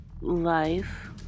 life